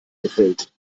gefällt